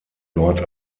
dort